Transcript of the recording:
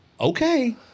okay